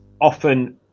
often